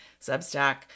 Substack